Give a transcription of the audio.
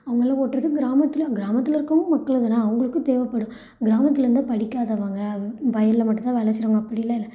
அவங்களெலாம் ஓட்டுறது கிராமத்தில் கிராமத்தில் இருக்கிறவுங்களும் மக்கள்தானே அவங்களுக்கும் தேவைப்படும் கிராமத்துலிருந்தா படிக்காதவங்க வயலில் மட்டும்தான் வேலை செய்றவங்க அப்டிலாம் இல்லை